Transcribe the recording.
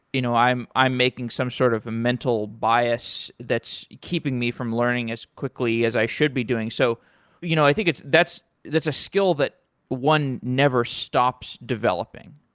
you know i'm i'm making some sort of a mental bias that's keeping me from learning as quickly as i should be doing. so you know i think it's that's that's a skill that one never stops developing.